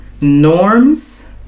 norms